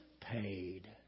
paid